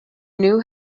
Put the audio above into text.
knew